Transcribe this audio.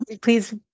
please